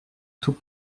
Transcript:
tout